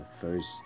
first